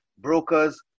brokers